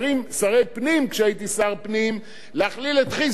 להכליל את "חיזבאללה" ואת "חמאס" ברשימת ארגוני הטרור.